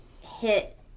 hit